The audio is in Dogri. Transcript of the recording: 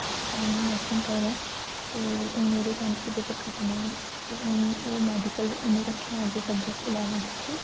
मेरी भैन हून नर्सिंग करै तो ओह् हून ओह्दे टेंथ दे पेपर खत्म होए न ते हून ओह् मेडिकल उ'नें रखेआ अग्गें सब्जेक्ट इलेवन्थ च